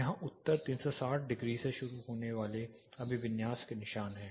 यहाँ उत्तर 360 डिग्री से शुरू होने वाले अभिविन्यास के निशान हैं